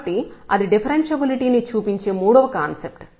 కాబట్టి అది డిఫరెన్షబులిటీ ని చూపించే మూడవ కాన్సెప్ట్